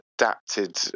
adapted